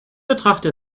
betrachte